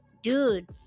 dude